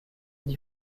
dix